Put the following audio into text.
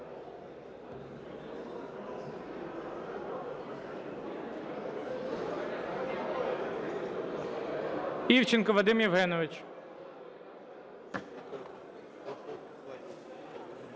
Івченко Вадим Євгенович.